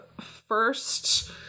first